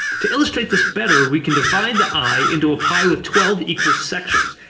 to illustrate this better, we can divide the eye into a pie with twelve equal sections.